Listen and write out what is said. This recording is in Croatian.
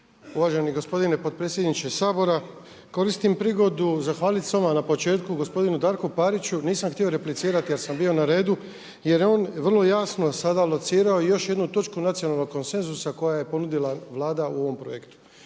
Uvaženi gospodine potpredsjedniče Sabora koristim prigodu zahvaliti se na odmah na početku gospodinu Darku Pariću, nisam htio replicirati jer sam bio na redu, jer je on vrlo jasno sada locirao još jednu točku nacionalnog konsenzusa koju je ponudila Vlada u ovom projektu.